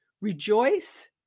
rejoice